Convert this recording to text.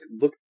look